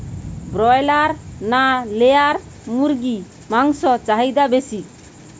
Broiler না layer মুরগির মাংসর চাহিদা বেশি?